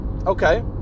Okay